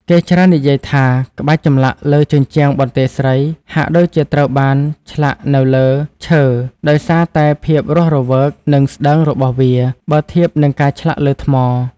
គេច្រើននិយាយថា ក្បាច់ចម្លាក់លើជញ្ជាំងបន្ទាយស្រីហាក់ដូចជាត្រូវបានឆ្លាក់នៅលើ ឈើ ដោយសារតែភាពរស់រវើក និងស្តើងរបស់វា បើធៀបនឹងការឆ្លាក់លើថ្ម។